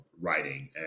writing